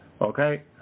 Okay